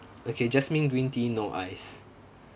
okay jasmine green tea no ice